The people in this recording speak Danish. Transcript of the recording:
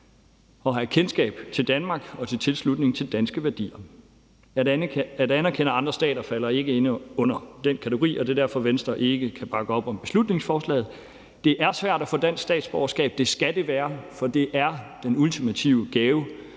at have kendskab til Danmark og til tilslutningen til danske værdier. At anerkende andre stater falder ikke under den kategori, og det er derfor, Venstre ikke kan bakke op om beslutningsforslaget. Det er svært at få dansk statsborgerskab, og det skal det være, for det er den ultimative gave,